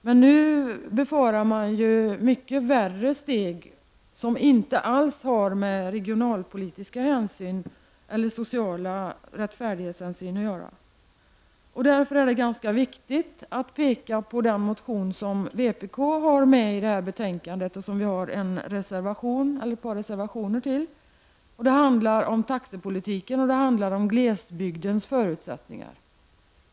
Men nu befarar man mycket värre steg som inte alls har med regionalpolitiska hänsyn eller hänsynen till den sociala rättvisan att göra. Därför är det viktigt att visa på den motion som vpk har med i betänkandet och som vi har reserverat oss för -- det handlar om taxepolitiken, och det handlar om glesbygdens förutsättningar.